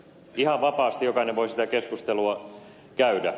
ihan vapaasti jokainen voi sitä keskustelua käydä